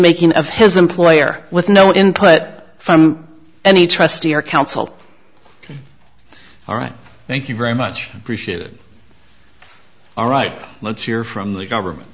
making of his employer with no input from any trustee or counsel all right thank you very much appreciated all right let's hear from the government